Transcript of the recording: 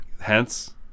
Hence